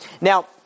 Now